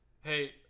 Hey